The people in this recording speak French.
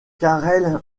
karel